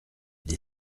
des